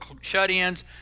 shut-ins